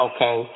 Okay